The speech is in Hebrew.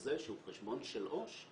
שבחוזה שהוא חשבון של עו"ש,